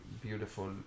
beautiful